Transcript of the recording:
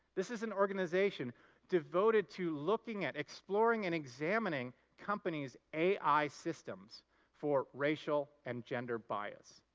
this is an organization devoted to looking at, ex moring and examineing companies' ai systems for racial and gender bias.